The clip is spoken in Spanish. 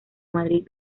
madrid